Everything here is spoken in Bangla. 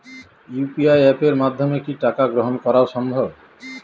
ইউ.পি.আই অ্যাপের মাধ্যমে কি টাকা গ্রহণ করাও সম্ভব?